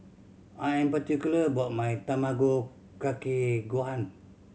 I'm particular about my Tamago Kake Gohan